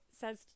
says –